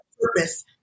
purpose